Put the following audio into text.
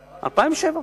אבל ההערה של שמחון,